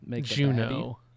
Juno